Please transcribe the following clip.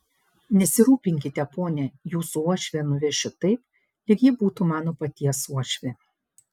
nesirūpinkite pone jūsų uošvę nuvešiu taip lyg ji būtų mano paties uošvė